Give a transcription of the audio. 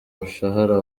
umushahara